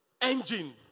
engine